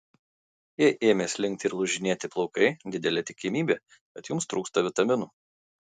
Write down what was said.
jei ėmė slinkti ir lūžinėti plaukai didelė tikimybė kad jums trūksta vitaminų